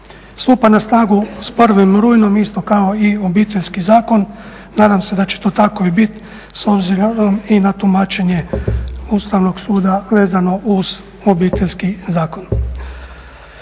Stupa na snagu s 1. rujnom isto kao i Obiteljski zakon. Nadam se da će to tako i biti s obzirom i na tumačenje Ustavnog suda vezano uz Obiteljski zakon.